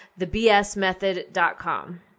thebsmethod.com